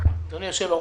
אדוני היושב-ראש,